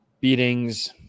beatings